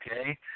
okay